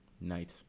night